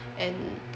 and